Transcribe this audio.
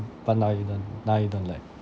but now you don't now you don't like